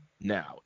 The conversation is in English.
now